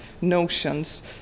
notions